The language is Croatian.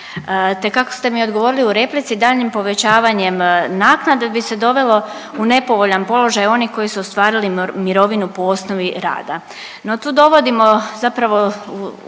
te kako ste mi odgovorili u replici, daljnjim povećanjem naknade bi se dovelo u nepovoljan položaj one koji su ostvarili mirovinu po osnovi rada. No tu dovodimo zapravo u